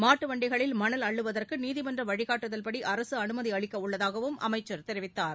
மாட்டுவண்டகளில் மனல் அள்ளுவதற்குநீதிமன்றவழிகாட்டுதல்படிஅரசுஅனுமதிஅளிக்கஉள்ளதாகவும் அமைச்சர் தெரிவித்தார்